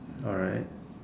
alright